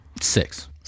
Six